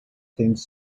things